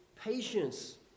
patience